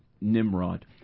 Nimrod